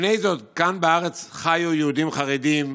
לפני כן כאן בארץ חיו יהודים חרדים,